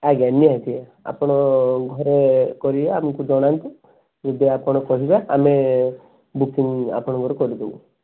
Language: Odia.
ଆଜ୍ଞା ନିହାତି ଆପଣ ଘରେ କରିବେ ଆମକୁ ଜଣାନ୍ତୁ ଯଦି ଆପଣ କହିବା ଆମେ ବୁକିଂ ଆପଣଙ୍କ କରିଦେବୁ